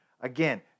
Again